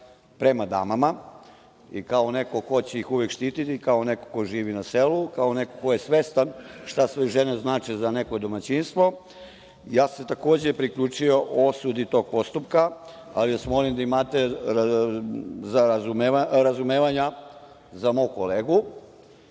prema damama i kao neko ko će ih uvek štititi, kao neko ko živi na selu, kao neko ko je svestan šta sve žene znače za neko domaćinstvo, ja sam se takođe priključio osudi tog postupka, ali vas molim da imate razumevanja za mog kolegu.